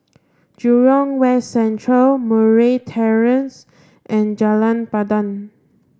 Jurong West Central Murray Terrace and Jalan Pandan